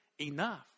enough